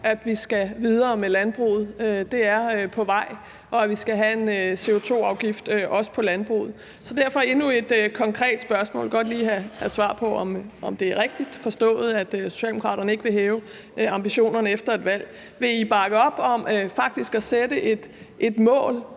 at vi skal videre med landbruget, og at vi også skal have en CO2-afgift på landbruget. Det er på vej. Derfor har jeg endnu et konkret spørgsmål. Jeg vil godt lige have svar på, om det er rigtigt forstået, at Socialdemokraterne ikke vil hæve ambitionerne efter et valg. Vil I bakke op om faktisk at sætte et mål